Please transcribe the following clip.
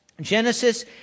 Genesis